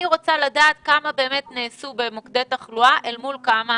אני רוצה לדעת כמה באמת נעשו במוקדי תחלואה אל מול כמה